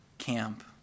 camp